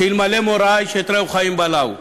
שאלמלא מוראה איש את רעהו חיים בלעו.